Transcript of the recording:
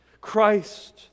Christ